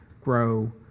grow